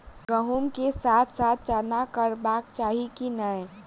गहुम केँ साथ साथ चना करबाक चाहि की नै?